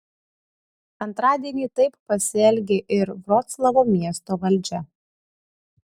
antradienį taip pasielgė ir vroclavo miesto valdžia